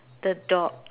the dog